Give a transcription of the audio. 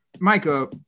Micah